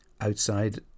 outside